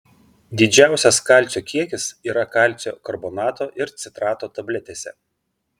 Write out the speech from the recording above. didžiausias kalcio kiekis yra kalcio karbonato ir citrato tabletėse